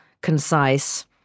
concise